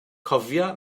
cofia